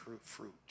fruit